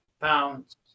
pounds